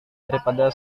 daripada